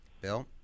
Bill